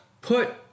put